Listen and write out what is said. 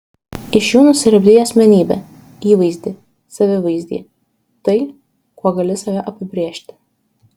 iš jų nusilipdei asmenybę įvaizdį savivaizdį tai kuo gali save apibrėžti